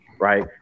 right